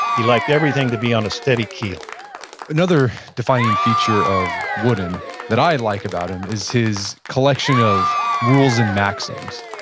he liked everything to be on a steady keel another defining feature of wooden that i like about him is his collection of rules and maxims.